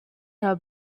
her